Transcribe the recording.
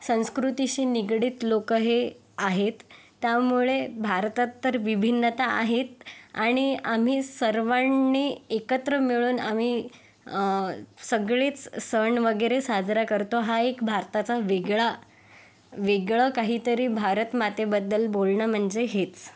संस्कृतीशी निगडीत लोक हे आहेत त्यामुळे भारतात तर विभिन्नता आहेत आणि आम्ही सर्वांनी एकत्र मिळून आम्ही सगळेच सण वगैरे साजरा करतो हा एक भारताचा वेगळा वेगळं काहीतरी भारत मातेबद्दल बोलणं म्हणजे हेच